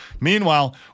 Meanwhile